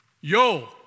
Yo